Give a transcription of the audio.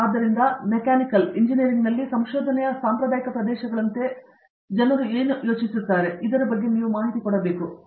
ಆದ್ದರಿಂದ ಮೆಕ್ಯಾನಿಕಲ್ ಇಂಜಿನಿಯರಿಂಗ್ನಲ್ಲಿ ಸಂಶೋಧನೆಯ ಸಾಂಪ್ರದಾಯಿಕ ಪ್ರದೇಶಗಳಂತೆ ಜನರು ಏನು ಯೋಚಿಸುತ್ತಾರೆ ಎಂದು ನೀವು ಯೋಚಿಸುತ್ತೀರಿ